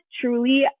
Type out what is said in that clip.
truly